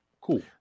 Cool